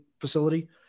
facility